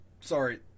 sorry